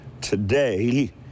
Today